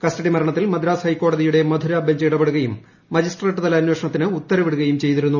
custody മരണത്തിൽ മദ്രാസ് ഹൈക്കോടതിയുടെ Madurai bench ഇടപെടുകയും മജിസ്ട്രേറ്റ്തല അന്വേഷണത്തിന് ഉത്തരവിടുകയും ചെയ്തിരുന്നു